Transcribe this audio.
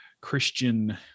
Christian